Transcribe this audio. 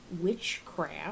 witchcraft